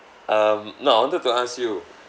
um no I wanted to ask you